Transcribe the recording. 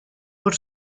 por